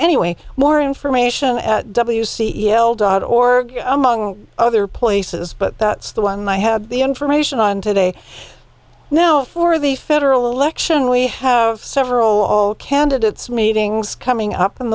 anyway more information at w c e l dot org among other places but that's the one i had the information on today now for the federal election we have several all candidates meetings coming up